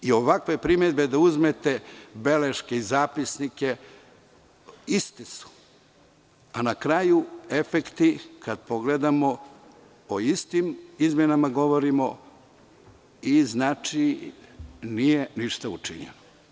Ovakve primedbe, da uzmete beleške i zapisnike, iste su, a na kraju efekti, kada pogledamo, o istim izmenama govorimo i nije ništa učinjeno.